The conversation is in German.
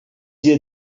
die